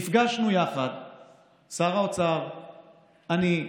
נפגשנו שר האוצר, אני,